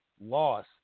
loss